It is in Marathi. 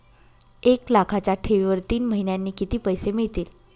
एक लाखाच्या ठेवीवर तीन महिन्यांनी किती पैसे मिळतील?